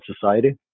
society